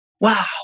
wow